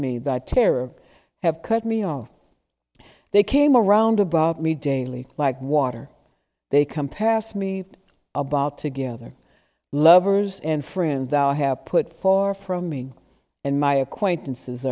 me that terror have cut me off they came around about me daily like water they come past me about together lovers and friends are have put four from me and my acquaintances